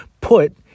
put